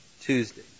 Tuesday